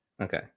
Okay